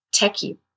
techie